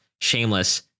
shameless